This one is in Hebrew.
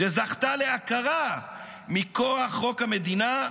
שזכתה להכרה מכוח חוק המדינה,